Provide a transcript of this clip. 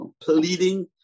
Pleading